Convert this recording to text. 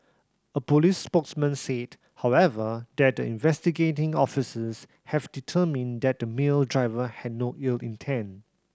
a police spokesman said however that the investigating officers have determined that the male driver had no ill intent